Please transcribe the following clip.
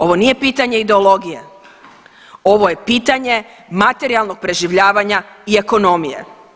Ovo nije pitanje ideologije ovo je pitanje materijalnog preživljavanja i ekonomije.